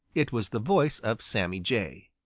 it was the voice of sammy jay.